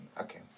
Okay